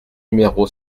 numéro